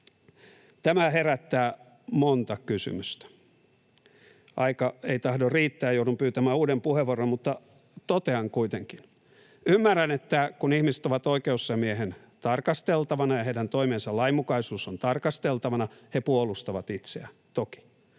Tämä herättää monta kysymystä. Aika ei tahdo riittää, joudun pyytämään uuden puheenvuoron. — Totean kuitenkin, että ymmärrän, että kun ihmiset ovat oikeusasiamiehen tarkasteltavana ja heidän toimiensa lainmukaisuus on tarkasteltavana, he toki puolustavat itseään.